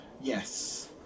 Yes